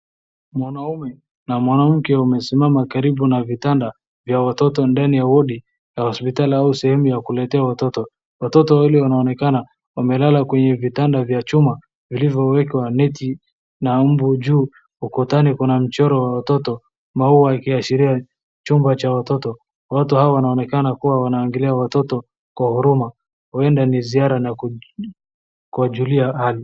Mwanaume na mwanamke wamesimama karibu na vitanda vya watoto ndani ya wodi ya hospitali au sehemu ya kuletea watoto. Watoto wawili wanaonekana wamelala kwenye vitanda vya chuma vilivyowekwa neti ya mbu. Juu ukutnani kuna mchoro wa watoto, maua ikiashiria chumba cha watoto. Watu hawa wanaonekana kuwa wanaangalia watoto kwa huruma. Huenda ni ziara na kuwajulia hali.